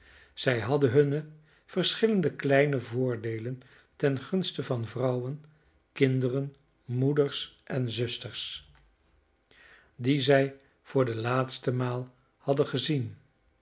zij hadden hunne verschillende kleine voordeelen ten gunste van vrouwen kinderen moeders en zusters die zij voor de laatste maal hadden gezien